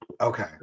Okay